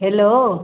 hello